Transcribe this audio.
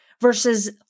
versus